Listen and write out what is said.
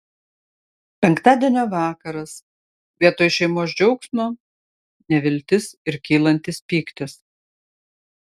penktadienio vakaras vietoj šeimos džiaugsmo neviltis ir kylantis pyktis